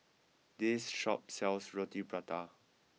this shop sells Roti Prata